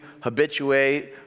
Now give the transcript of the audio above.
habituate